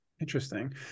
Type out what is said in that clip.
Interesting